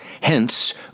Hence